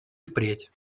впредь